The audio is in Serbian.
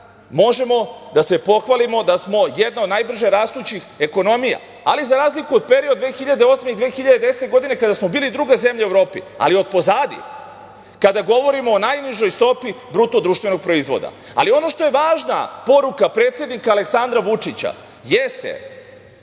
možemo da se pohvalimo da smo jedna od najbrže rastućih ekonomija. Ali, za razliku od perioda 2008. i 2010. godine kada smo bili druga zemlja u Evropi, ali otpozadi kada govorimo o najnižoj stopi BDP.Ono što je važna poruka predsednika Aleksandra Vučića jeste